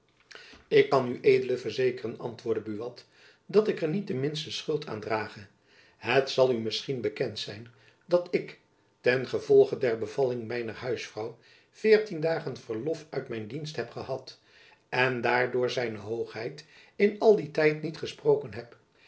ik kan ued verzekeren antwoordde buat dat ik er niet de minste schuld aan drage het zal u misschien bekend zijn dat ik ten gevolge der bevalling mijner huisvrouw veertien dagen verlof uit mijn dienst heb gehad en daardoor z hoogheid in al dien tijd niet gesproken heb